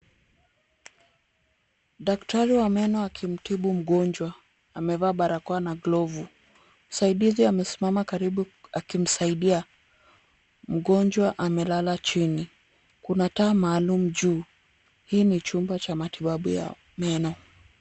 Daktari wa meno akimtibu mgonjwa. Amevaa barakoa na glovu. Msaidizi amesimama karibu akimsaidia. Mgonjwa amelala chini. Kuna taa maalum juu. Hii ni chumba cha matibabu ya meno.